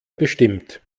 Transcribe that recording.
bestimmt